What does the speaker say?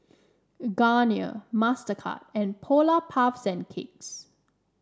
Garnier Mastercard and Polar Puff Cakes